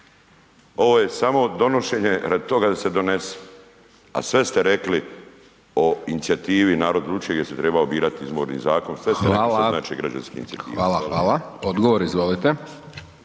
Ovo je samo donošenje radi toga da se donese a sve ste rekli o inicijativi Narod odlučuje gdje se trebao birati Izborni zakon, sve ste rekli što znači građanska inicijativa. Hvala lijepo.